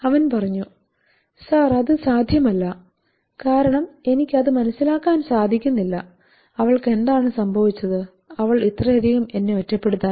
അവൻ പറഞ്ഞു സർ അത് സാധ്യമല്ല കാരണം എനിക്ക് അത് മനസിലാക്കാൻ സാധിക്കുന്നില്ല അവൾക്ക് എന്താണ് സംഭവിച്ചത് അവൾ ഇത്രയധികം എന്നെ ഒറ്റപ്പെടുത്താൻ